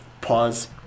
Pause